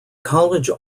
college